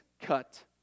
cut